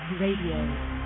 Radio